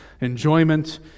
enjoyment